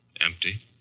Empty